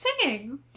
singing